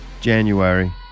January